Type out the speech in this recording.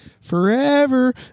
forever